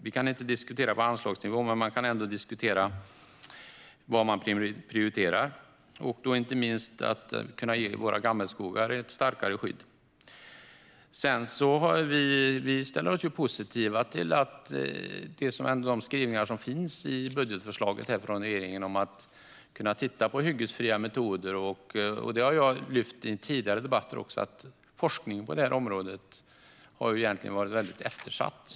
Vi kan inte diskutera på anslagsnivå, men man kan ändå diskutera vad man prioriterar, och då är det inte minst att kunna ge våra gammelskogar ett starkare skydd. Vi ställer oss positiva till skrivningarna i regeringens budgetförslag om att kunna titta på hyggesfria metoder. Jag har i tidigare debatter lyft fram att forskningen på det området har varit väldigt eftersatt.